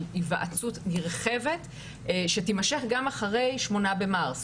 היוועצות נרחבת שתימשך גם אחרי 8 במרץ,